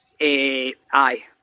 aye